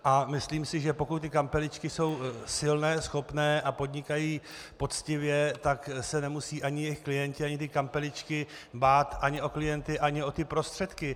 A myslím si, že pokud kampeličky jsou silné, schopné a podnikají poctivě, tak se nemusí ani jejich klienti ani kampeličky bát ani o klienty ani o ty prostředky.